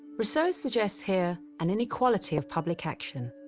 rousseau suggests here an inequality of public action,